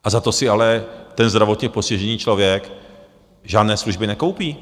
A za to si ale ten zdravotně postižený člověk žádné služby nekoupí.